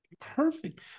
perfect